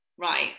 right